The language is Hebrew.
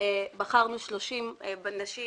בחרנו 30 נשים